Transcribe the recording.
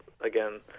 again